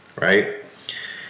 Right